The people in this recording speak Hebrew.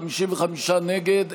55 נגד,